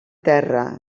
terra